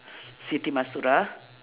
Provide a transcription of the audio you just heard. siti-mastura